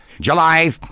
July